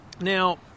Now